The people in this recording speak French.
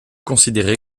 considéré